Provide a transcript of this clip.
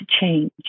change